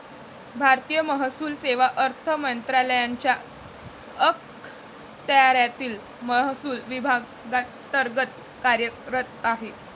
भारतीय महसूल सेवा अर्थ मंत्रालयाच्या अखत्यारीतील महसूल विभागांतर्गत कार्यरत आहे